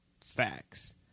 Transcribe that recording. Facts